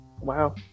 Wow